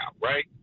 right